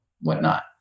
whatnot